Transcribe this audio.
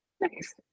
Nice